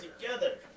together